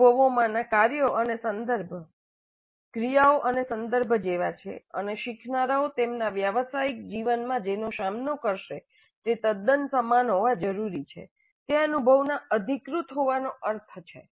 અનુભવોમાંના કાર્યો અને સંદર્ભ ક્રિયાઓ અને સંદર્ભ જેવા છે અને શીખનારાઓ તેમના વ્યાવસાયિક જીવનમાં જેનો સામનો કરશે તે તદ્દન સમાન હોવા જરૂરી છે તે અનુભવનાં અધિકૃત હોવાનો અર્થ છે